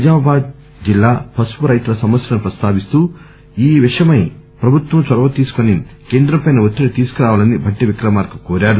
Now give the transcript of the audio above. నిజమాబాద్ జిల్లా పసుపు రైతుల సమస్యలను ప్రస్తావిస్తూ ఈ విషయమై ప్రభుత్వం చొరవ తీసుకుని కేంద్రంపై ఒత్తిడి తీసుకురావాలని భట్టి విక్రమార్క కోరారు